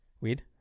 weed